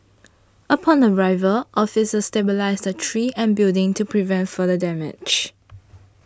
upon arrival officers stabilised the tree and building to prevent further damage